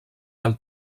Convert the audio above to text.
del